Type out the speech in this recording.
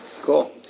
cool